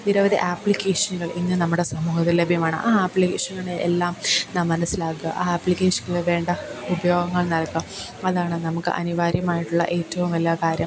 നിരവധി ആപ്പ്ളികേഷനുകൾ ഇന്ന് നമ്മുടെ സമൂഹത്തിൽ ലഭ്യമാണ് ആ ആപ്പ്ളിക്കേഷനുകൾ എല്ലാം നാം മനസ്സിലാക്കുക ആ ആപ്പ്ലിക്കേഷന്ൽ വേണ്ട ഉപയോഗങ്ങൾ അതാണ് നമുക്ക് അനിവാര്യമായിട്ടുള്ള ഏറ്റവും വലിയ കാര്യം